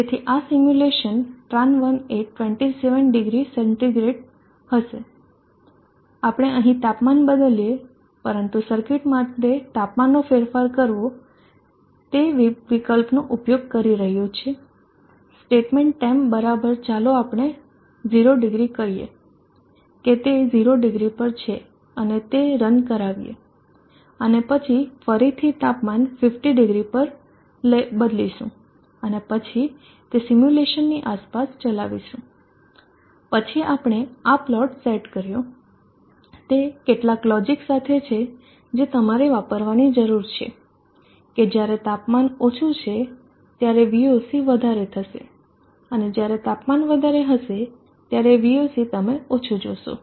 તેથી આ simulation tran1 એ 270 સે હશે આપણે અહીં તાપમાન બદલીએ પરંતુ સર્કિટ માટે તાપમાનમાં ફેરફાર કરવો તે વિકલ્પનો ઉપયોગ કરી રહ્યું છે સ્ટેટમેન્ટ ટેમ્પ બરાબર ચાલો આપણે 00 કહીએ કે તે 00 પર છે અને તે રન કરાવીએ અને પછી ફરીથી તાપમાન 500 પર બદલીશું અને પછી તે સિમ્યુલેશનની આસપાસ ચલાવીશું પછી આપણે આ પ્લોટ સેટ કર્યો તે કેટલાક લોજીક સાથે છે જે તમારે વાપરવાની જરૂર છે કે જ્યારે તાપમાન ઓછું છે ત્યારેV oc વધારે થશે અને જ્યારે તાપમાન વધારે હશે ત્યારે V oc તમે ઓછું જોશો